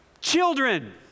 children